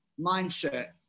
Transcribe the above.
mindset